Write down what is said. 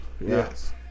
yes